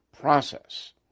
process